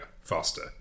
faster